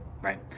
right